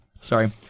Sorry